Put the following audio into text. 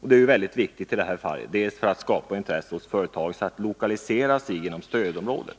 Det är väldigt viktigt i detta fall för att skapa intresse hos företag att lokalisera sig inom stödområdet.